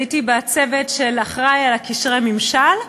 הייתי בצוות שאחראי לקשרי ממשל,